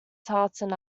tartan